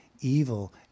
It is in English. evil